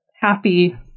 happy